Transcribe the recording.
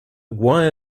why